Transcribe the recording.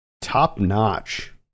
top-notch